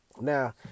Now